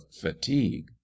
fatigue